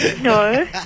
No